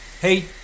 hey